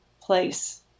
place